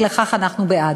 אי-לכך אנחנו בעד.